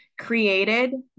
created